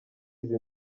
izi